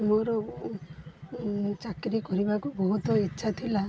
ମୋର ଚାକିରୀ କରିବାକୁ ବହୁତ ଇଚ୍ଛା ଥିଲା